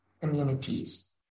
communities